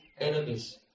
enemies